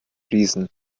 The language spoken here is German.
fließen